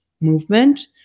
movement